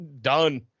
done